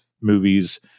movies